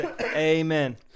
Amen